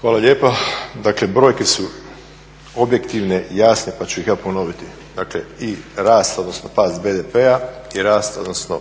Hvala lijepo. Dakle brojke su objektivne, jasne pa ću ih ja ponoviti. Dakle i rast odnosno pad BDP-a i rast odnosno